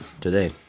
today